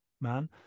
man